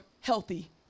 healthy